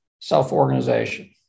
self-organization